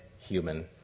human